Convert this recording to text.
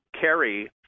carry